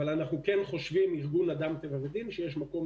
אבל ארגון אדם טבע ודין כן חושב שיש מקום